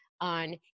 on